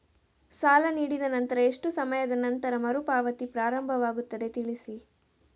ಸಾಲ ನೀಡಿದ ನಂತರ ಎಷ್ಟು ಸಮಯದ ನಂತರ ಮರುಪಾವತಿ ಪ್ರಾರಂಭವಾಗುತ್ತದೆ ತಿಳಿಸಿ?